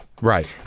Right